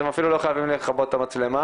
אתם אפילו לא חייבים לכבות את המצלמה.